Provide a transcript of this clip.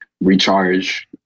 recharge